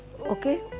okay